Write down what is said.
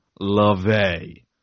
LaVey